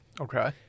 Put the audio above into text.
Okay